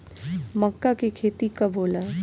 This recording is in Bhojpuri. मक्का के खेती कब होला?